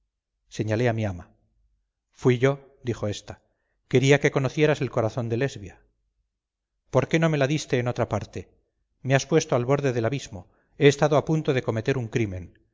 señalé a mi ama fui yo dijo ésta quería que conocieras el corazón de lesbia por qué no me la diste en otra parte me has puesto al borde del abismo he estado a punto de cometer un crimen